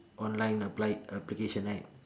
online applied application right